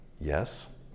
Yes